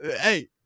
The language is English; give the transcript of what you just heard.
Hey